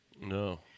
No